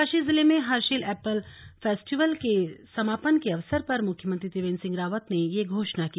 उत्तरकाशी जिले में Harsil apple festival के समापन के अवसर पर मुख्यमंत्री त्रिवेंद्र सिंह रावत ने यह घोषणा की